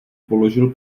položil